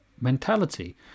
mentality